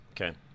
Okay